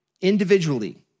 individually